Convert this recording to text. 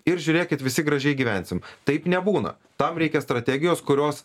ir žiūrėkit visi gražiai gyvensim taip nebūna tam reikia strategijos kurios